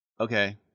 Okay